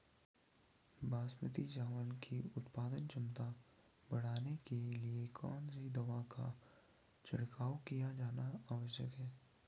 बासमती चावल की उत्पादन क्षमता बढ़ाने के लिए कौन सी दवा का छिड़काव किया जाना आवश्यक है?